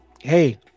hey